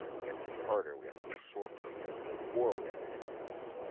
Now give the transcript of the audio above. we have to be harder. we have to be softer. we have to go to war. we have to make peace.